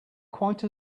quite